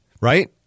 right